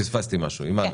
פספסתי משהו, אימאן.